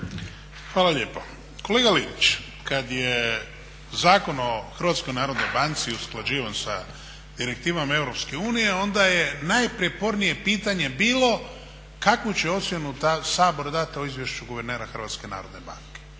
Hvala lijepo. Kolega Linić kada je Zakon o HNB-u usklađivan sa direktivom EU onda je najprjepornije pitanje bilo kakvu će ocjenu Sabor dati o izvješću guvernera HNB-a